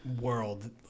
world